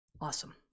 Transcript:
awesome